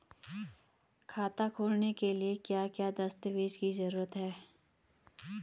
खाता खोलने के लिए क्या क्या दस्तावेज़ की जरूरत है?